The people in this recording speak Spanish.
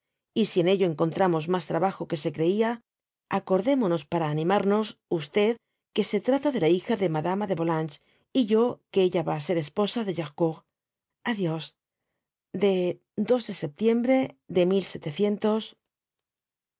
y si en ello encontramos mas trabajo que se creia acordémonos para animamos que se trata de la hija de madama de volanges y yo que ella va á ser esposa de gercourt a dios de de septiembre de